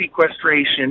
sequestration